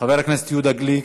חבר הכנסת יהודה גליק,